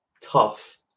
tough